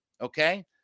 Okay